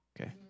Okay